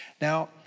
Now